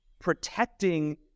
protecting